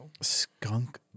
skunk